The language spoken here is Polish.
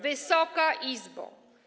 Wysoka Izbo!